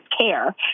care